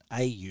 au